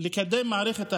לקדם את מערכת החינוך,